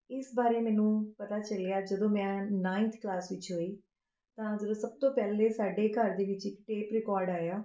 ਇਸ ਬਾਰੇ ਮੈਨੂੰ ਪਤਾ ਚੱਲਿਆ ਜਦੋਂ ਮੈਂ ਨਾਈਨਥ ਕਲਾਸ ਵਿੱਚ ਹੋਈ ਤਾਂ ਜਦੋਂ ਸਭ ਤੋਂ ਪਹਿਲਾਂ ਸਾਡੇ ਘਰ ਦੇ ਵਿੱਚ ਇੱਕ ਟੇਪ ਰਿਕੋਰਡ ਆਇਆ